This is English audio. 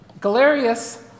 Galerius